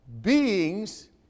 beings